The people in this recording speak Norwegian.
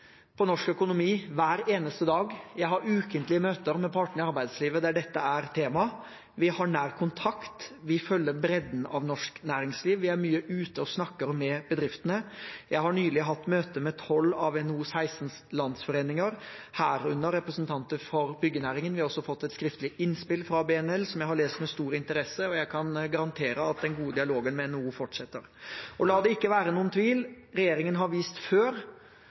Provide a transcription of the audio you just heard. på norsk økonomi hver eneste dag. Jeg har ukentlige møter med partene i arbeidslivet der dette er tema. Vi har nær kontakt. Vi følger bredden av norsk næringsliv. Vi er mye ute og snakker med bedriftene. Jeg har nylig hatt møte med tolv av NHOs seksten landsforeninger, herunder representanter for byggenæringen. Vi har også fått et skriftlig innspill fra BNL, som jeg har lest med stor interesse. Og jeg kan garantere at den gode dialogen med NHO fortsetter. La det ikke være noen tvil: Regjeringen har før vist